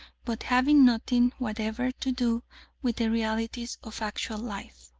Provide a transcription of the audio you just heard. but having nothing whatever to do with the realities of actual life.